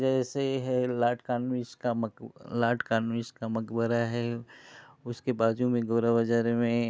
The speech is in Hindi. जैसे है लार्ड कानवरिस का मक लार्ड कानवरिस का मकबरा है उसके बाजू में गोरा बाज़ार में